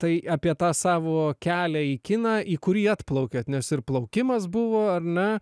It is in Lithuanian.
tai apie tą savo kelią į kiną į kurį atplaukėt nes ir plaukimas buvo ar ne